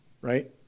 right